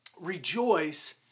rejoice